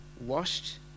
washed